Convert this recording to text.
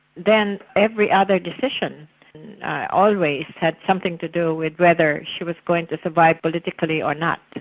then every other decision always had something to do with whether she was going to survive politically or not.